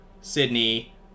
Sydney